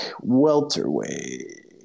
welterweight